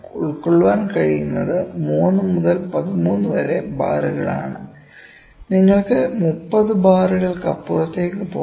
ഉൾക്കൊള്ളാൻ കഴിയുന്നത് 3 മുതൽ 13 വരെ ബാറുകളാണ് നിങ്ങൾക്ക് 30 ബാറുകൾക്കപ്പുറത്തേക്ക് പോകാം